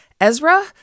Ezra